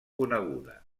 coneguda